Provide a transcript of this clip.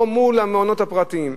או מול המעונות הפרטיים.